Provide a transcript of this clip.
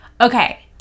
okay